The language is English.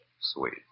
Sweet